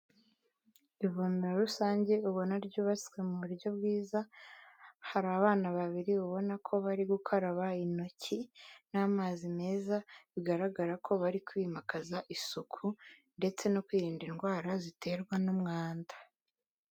Ivomero rusange ubona ryubatswe mu buryo bwiza hari abana babiri ubona ko bari gukaraba intoki n'amazi meza, bigaragara ko bari kwimakaza isuku ndetse no kwirinda indwara ziterwa n'umwanda.